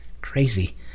crazy